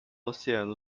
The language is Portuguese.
oceano